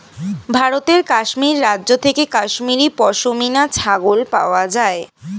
ভারতের কাশ্মীর রাজ্য থেকে কাশ্মীরি পশমিনা ছাগল পাওয়া যায়